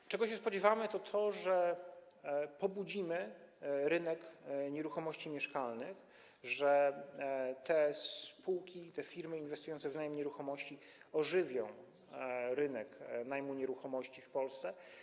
To, czego się spodziewamy, to to, że pobudzimy rynek nieruchomości mieszkalnych, że spółki i firmy inwestujące w najem nieruchomości ożywią rynek najmu nieruchomości w Polsce.